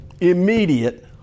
Immediate